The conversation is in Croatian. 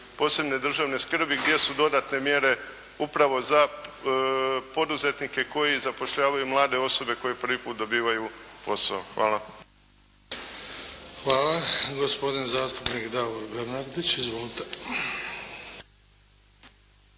posebne državne skrbi gdje su dodatne mjere upravo za poduzetnike koji zapošljavaju mlade osobe koji prvi puta dobivaju posao. Hvala. **Bebić, Luka (HDZ)** Hvala. Gospodin zastupnik Davor Bernardić. Izvolite.